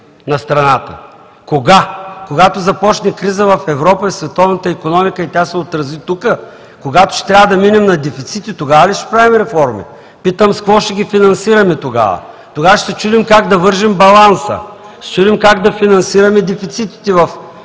на страната. Кога? Когато започне криза в Европа и световната икономика и тя се отрази тук? Когато ще трябва да минем на дефицити, тогава ли ще правим реформи? Питам с какво ще ги финансираме тогава? Тогава ще се чудим как да вържем баланса, ще се чудим как да финансираме дефицитите в